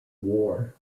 war